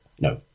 No